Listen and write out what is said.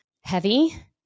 heavy